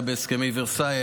היה בהסכמי ורסאי,